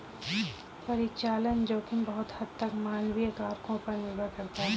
परिचालन जोखिम बहुत हद तक मानवीय कारकों पर निर्भर करता है